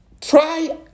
try